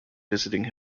visiting